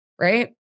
right